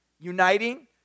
uniting